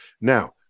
Now